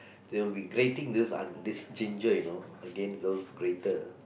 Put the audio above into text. they'll be grating this an~ this ginger you know against those grater